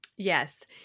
Yes